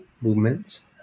movements